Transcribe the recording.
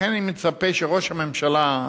לכן אני מצפה שראש הממשלה,